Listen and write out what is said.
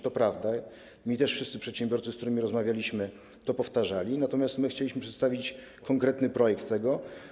To prawda, mi też wszyscy przedsiębiorcy, z którymi rozmawialiśmy, to powtarzali, natomiast my chcieliśmy przedstawić konkretny projekt tego.